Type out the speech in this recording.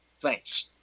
Thanks